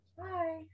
Bye